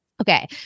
Okay